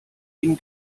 den